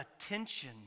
attention